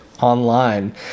online